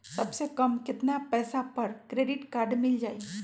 सबसे कम कतना पैसा पर क्रेडिट काड मिल जाई?